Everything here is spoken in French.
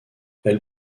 elle